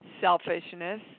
selfishness